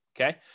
okay